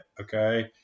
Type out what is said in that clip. Okay